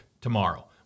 tomorrow